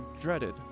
dreaded